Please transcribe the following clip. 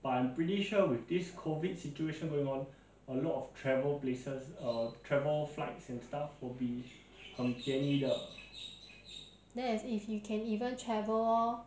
that is if you can even travel lor